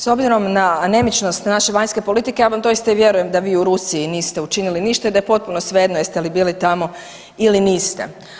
S obzirom na anemičnost naše vanjske politike ja vam doista i vjerujem da vi u Rusiji niste učinili ništa i da je potpuno svejedno jeste li bili tamo ili niste.